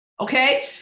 Okay